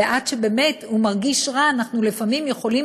וכשהוא מרגיש רע אנחנו לפעמים יכולים